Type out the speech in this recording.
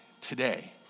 today